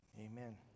Amen